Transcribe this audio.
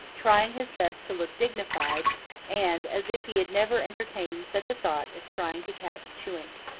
trying his best to look dignified and as if he had never entertained such a thought as trying to catch chewink.